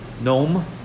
Gnome